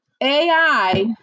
AI